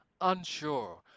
unsure